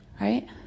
Right